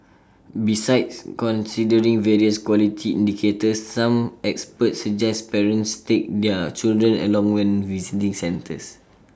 besides considering various quality indicators some experts suggest parents take their children along when visiting centres